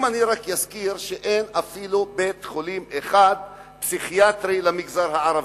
אם אני רק אזכיר שאין אפילו בית-חולים פסיכיאטרי אחד למגזר הערבי,